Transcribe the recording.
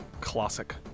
Classic